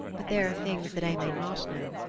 but there are things that i may not know,